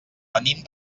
venim